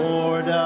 Lord